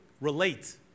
relate